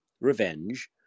revenge